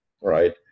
right